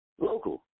local